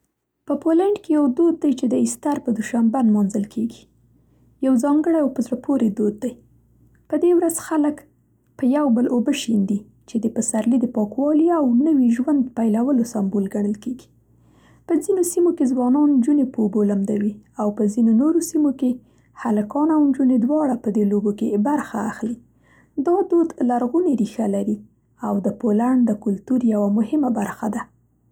په پولنډ کې یو دود دی چې د ایسټر په دوشنبه نمانځل کیږي، یو ځانګړی او په زړه پورې دود دی. په دې ورځ، خلک په یو بل اوبه شیندي، چې د پسرلي د پاکوالي او نوي ژوند پیلولو سمبول ګڼل کیږي. په ځینو سیمو کې، ځوانان نجونې په اوبو لمدوي او په ځینو نورو سیمو کې هلکان او نجونې دواړه په دې لوبو کې برخه اخلي. دا دود لرغونې ریښه لري او د پولنډ د کلتور یوه مهمه برخه ده،